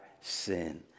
sin